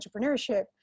entrepreneurship